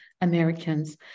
Americans